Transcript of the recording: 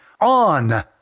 on